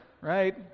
right